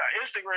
Instagram